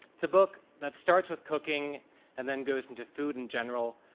it's a book that starts with cooking and then goes into food in general.